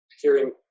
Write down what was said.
hearing